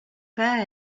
pas